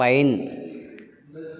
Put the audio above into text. pine